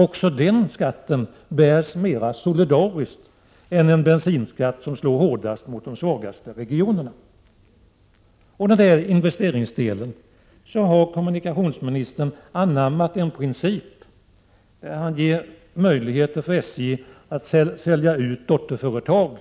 Även den skatten bärs mera solidariskt än en bensinskatt, som slår hårdast mot de svagaste regionerna. När det gäller investeringsdelen har kommunikationsministern anammat en princip som innebär att han ger möjligheter för SJ att sälja ut dotterföretag i